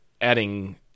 adding